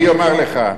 אני אומר לך,